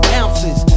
ounces